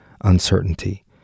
uncertainty